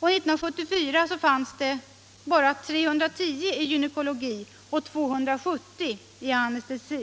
År 1974 fanns det bara 310 i gynekologi och 270 i anestesi.